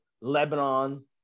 Lebanon